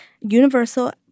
universal